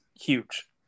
huge